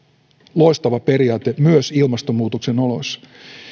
loistava periaate myös ilmastonmuutoksen oloissa